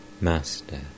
Master